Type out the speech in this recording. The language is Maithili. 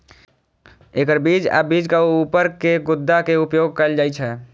एकर बीज आ बीजक ऊपर के गुद्दा के उपयोग कैल जाइ छै